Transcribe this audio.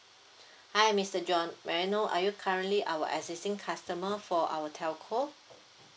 hi mister john may I know are you currently our existing customer for our telco